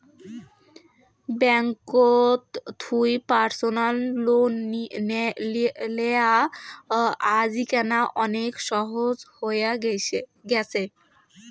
ব্যাঙ্ককোত থুই personal loan লেয়া আজিকেনা অনেক সহজ হই গ্যাছে